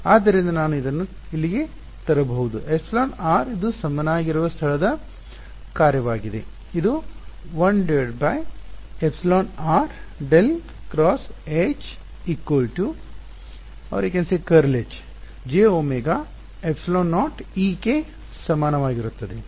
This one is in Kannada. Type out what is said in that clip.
ಆದ್ದರಿಂದ ನಾನು ಇದನ್ನು ಇಲ್ಲಿಗೆ ತರಬಹುದು εr ಇದು ಸಮನಾಗಿರುವ ಸ್ಥಳದ ಕಾರ್ಯವಾಗಿದೆ ಇದು 1 ∇× H→ jωε E→ ಕ್ಕೆ ಸಮಾನವಾಗಿರುತ್ತದೆ